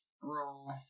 roll